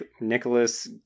Nicholas